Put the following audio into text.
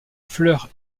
fleurs